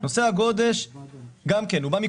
רואים את החשיבות של שדה תעופה מחניים ושדה תעופה בנגב.